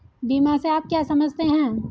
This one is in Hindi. बीमा से आप क्या समझते हैं?